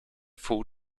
full